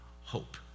hope